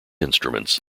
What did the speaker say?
instruments